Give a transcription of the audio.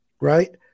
right